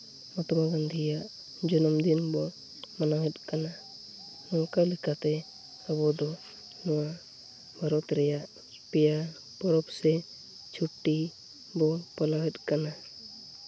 ᱢᱚᱦᱟᱛᱢᱟ ᱜᱟᱱᱫᱷᱤᱭᱟᱜ ᱡᱚᱱᱚᱢ ᱫᱤᱱ ᱵᱚᱱ ᱢᱟᱱᱟᱣᱮᱫ ᱠᱟᱱᱟ ᱱᱚᱝᱠᱟ ᱞᱮᱠᱟᱛᱮ ᱟᱵᱚ ᱫᱚ ᱱᱚᱣᱟ ᱵᱷᱟᱨᱚᱛ ᱨᱮᱭᱟᱜ ᱯᱮᱭᱟ ᱯᱚᱨᱚᱵᱽ ᱥᱮ ᱪᱷᱩᱴᱤ ᱵᱚᱱ ᱯᱟᱞᱟᱣᱮᱫ ᱠᱟᱱᱟ